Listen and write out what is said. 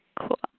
Cool